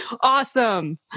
Awesome